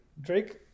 Drake